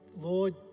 Lord